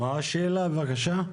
מה השאלה, בבקשה?